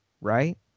right